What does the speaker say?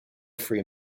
free